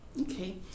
Okay